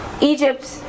Egypt